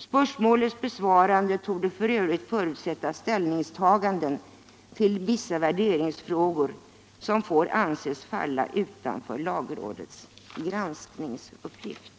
Spörsmålets besvarande torde för övrigt förutsätta ställningstagande till vissa värderingsfrågor som får anses falla utanför lagrådets granskningsuppgift.”